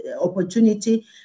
opportunity